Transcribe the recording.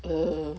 err